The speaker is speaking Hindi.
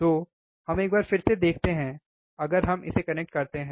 तो हम एक बार फिर से देखते हैं अगर हम इसे कनेक्ट करते हैं